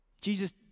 Jesus